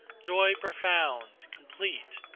joy profound, complete!